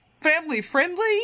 family-friendly